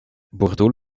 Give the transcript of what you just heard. bordeaux